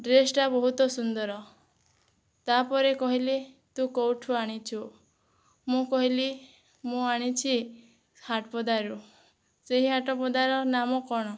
ଡ୍ରେସଟା ବହୁତ ସୁନ୍ଦର ତା'ପରେ କହିଲେ ତୁ କେଉଁଠୁ ଆଣିଛୁ ମୁଁ କହିଲି ମୁଁ ଆଣିଛି ହାଟପଦାରୁ ସେଇ ହାଟପଦାର ନାମ କଣ